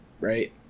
right